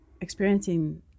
experiencing